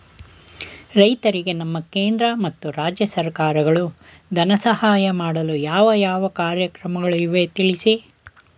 ರೈತರಿಗೆ ನಮ್ಮ ಕೇಂದ್ರ ಮತ್ತು ರಾಜ್ಯ ಸರ್ಕಾರಗಳು ಧನ ಸಹಾಯ ಮಾಡಲು ಯಾವ ಯಾವ ಕಾರ್ಯಕ್ರಮಗಳು ಇವೆ ತಿಳಿಸಿ?